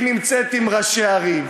היא נמצאת עם ראשי ערים,